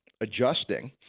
adjusting